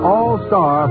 All-Star